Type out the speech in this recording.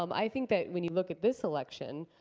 um i think that when you look at this election,